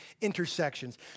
intersections